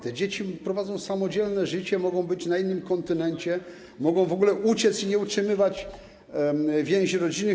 Te dzieci prowadzą samodzielne życie, mogą być na innym kontynencie, mogą w ogóle uciec i nie utrzymywać więzi rodzinnych.